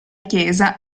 chiesa